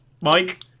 Mike